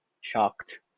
shocked